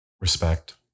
respect